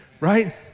right